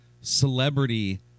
celebrity